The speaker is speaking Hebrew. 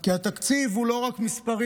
כי התקציב הוא לא רק מספרים,